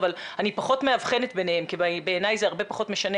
אבל אני פחות מאבחנת ביניהם כי בעיני זה פחות משנה